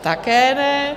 Také ne.